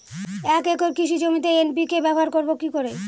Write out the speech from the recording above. এক একর কৃষি জমিতে এন.পি.কে ব্যবহার করব কি করে?